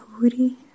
woody